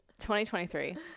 2023